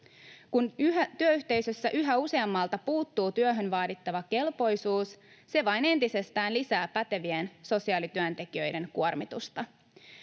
Kun työyhteisössä yhä useammalta puuttuu työhön vaadittava kelpoisuus, se vain entisestään lisää pätevien sosiaalityöntekijöiden kuormitusta.